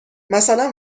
مثلا